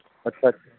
अच्छा